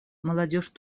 молодежь